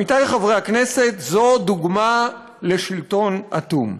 עמיתי חברי הכנסת, זו הדוגמה לשלטון אטום.